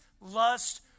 lust